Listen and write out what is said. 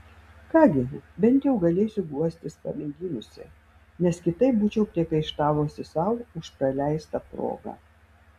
ką gi bent jau galėsiu guostis pamėginusi nes kitaip būčiau priekaištavusi sau už praleistą progą